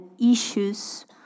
issues